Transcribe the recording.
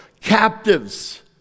Captives